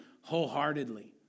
wholeheartedly